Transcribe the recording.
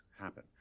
happen